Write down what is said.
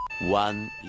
One